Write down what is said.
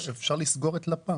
אפשר לסגור את לפ"מ.